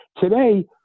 today